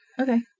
Okay